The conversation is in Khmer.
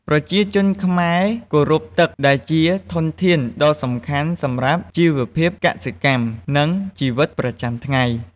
ប្រជាជនខ្មែរគោរពទឹក ដែលជាធនធានដ៏សំខាន់សម្រាប់ជីវភាពកសិកម្ម និងជីវិតប្រចាំថ្ងៃ។